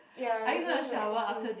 ya we going to end soon